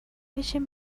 بشین